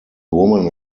woman